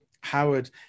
Howard